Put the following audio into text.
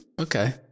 okay